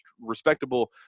respectable